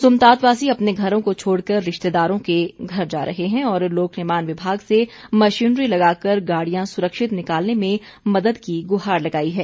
सुमतात वासी अपने घरों को छोड़कर रिश्तेदारों के घर जा रहे हैं और लोक निर्माण विभाग से मशीनरी लगाकर गाड़ियां सुरक्षित निकालने में मदद की गुहार लगाई है